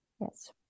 yes